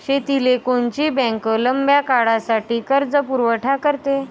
शेतीले कोनची बँक लंब्या काळासाठी कर्जपुरवठा करते?